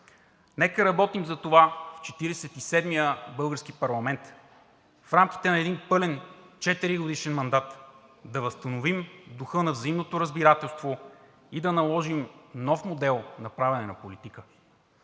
нека работим за това в Четиридесет и седмия български парламент в рамките на един пълен четиригодишен мандат да възстановим духа на взаимното разбирателство и да наложим нов модел на правене на политика.